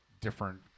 different